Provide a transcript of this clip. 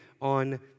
on